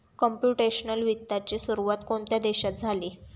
Computational वित्ताची सुरुवात कोणत्या देशात झाली?